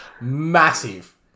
massive